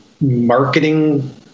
marketing